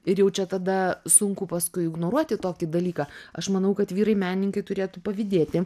ir jau čia tada sunku paskui ignoruoti tokį dalyką aš manau kad vyrai menininkai turėtų pavydėti